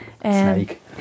snake